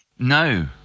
No